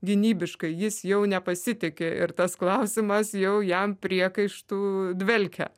gynybiškai jis jau nepasitiki ir tas klausimas jau jam priekaištu dvelkia